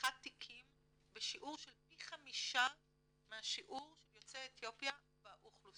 פתיחת תיקים בשיעור של פי 5 מהשיעור של יוצאי אתיופיה באוכלוסייה.